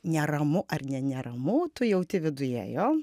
neramu ar ne neramu tu jauti viduje jo